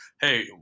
hey